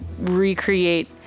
recreate